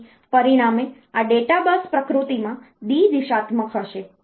તેથી પરિણામે આ ડેટા બસ પ્રકૃતિમાં દ્વિ દિશાત્મક હશે